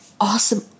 Awesome